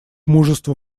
мужество